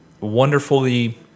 wonderfully